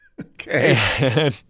Okay